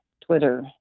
Twitter